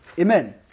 Amen